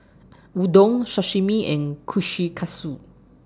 Udon Sashimi and Kushikatsu